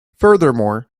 furthermore